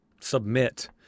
submit